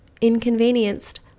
inconvenienced